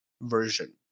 version